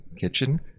kitchen